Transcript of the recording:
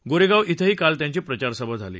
गोरेगाव इथंही काल त्यांची प्रचारसभा झाली